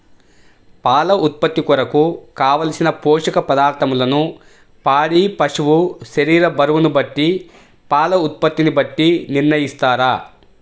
పాల ఉత్పత్తి కొరకు, కావలసిన పోషక పదార్ధములను పాడి పశువు శరీర బరువును బట్టి పాల ఉత్పత్తిని బట్టి నిర్ణయిస్తారా?